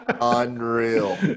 Unreal